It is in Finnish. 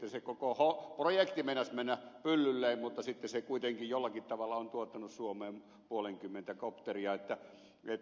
sitten se koko projekti meinasi mennä pyllylleen mutta sitten se kuitenkin jollakin tavalla on tuottanut suomeen puolenkymmentä kopteria